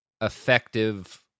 effective